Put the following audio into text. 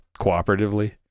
cooperatively